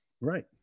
Right